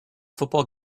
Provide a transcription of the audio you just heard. football